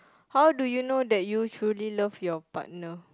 how do you know that you truly love your partner